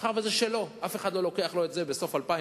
מאחר שזה שלו, אף אחד לא לוקח לו את זה בסוף 2010,